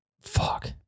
Fuck